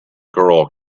girl